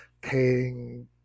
paying